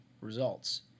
results